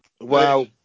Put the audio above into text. Wow